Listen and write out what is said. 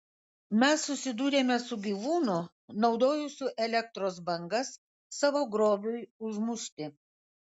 mes susidūrėme su gyvūnu naudojusiu elektros bangas savo grobiui užmušti